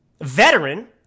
veteran